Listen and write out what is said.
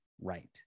right